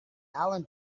allen